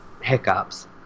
hiccups